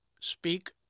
Speak